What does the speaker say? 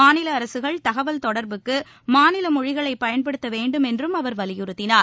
மாநில அரசுகள் தகவல் தொடர்புக்கு மாநில மொழிகளை பயன்படுத்த வேண்டும் என்றும் அவர் வலியுறுத்தினார்